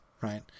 right